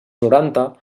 noranta